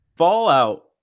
Fallout